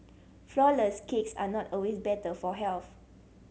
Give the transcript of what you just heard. flourless cakes are not always better for health